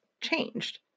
changed